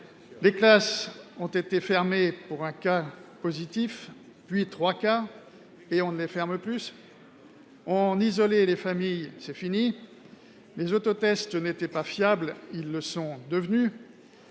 Les classes ont été fermées pour un cas positif, puis pour trois cas et maintenant on ne les ferme plus. On isolait les familles ; c'est fini. Les autotests n'étaient pas fiables ; ils le sont devenus.